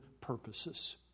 purposes